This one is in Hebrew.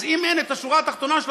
אז אם שורה תחתונה,